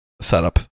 setup